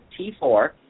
T4